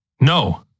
No